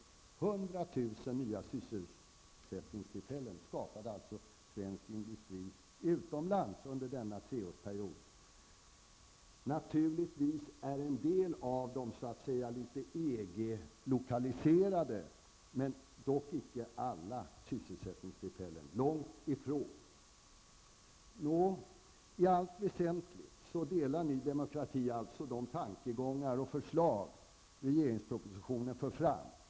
100 000 nya sysselsättningstillfällen skapades alltså av svensk industri utomlands under denna treårsperiod. Naturligtvis är en del av dem så att säga litet EG lokaliserade, men långtifrån alla. I allt väsentligt delar Ny Demokrati de tankegångar och förslag regeringen för fram i propositionen.